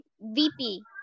VP